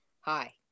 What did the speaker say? hi